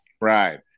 Right